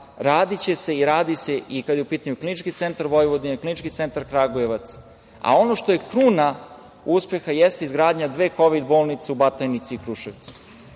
radiće se i radi se i kada je u pitanju Klinički centar Vojvodine, Klinički centar Kragujevac. Ono što je kruna uspeha jeste izgradnja dve kovid bolnice u Batajnici i Kruševcu.